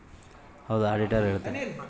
ತಿಂಗಳಿಗೆ ಎಷ್ಟ್ ಟ್ಯಾಕ್ಸ್ ಕಟ್ಬೇಕು ಆಡಿಟರ್ ಹೇಳ್ತನ